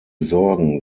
sorgen